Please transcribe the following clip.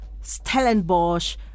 Stellenbosch